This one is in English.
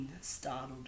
startled